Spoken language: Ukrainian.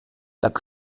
так